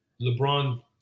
LeBron